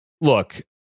look